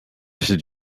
should